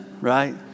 right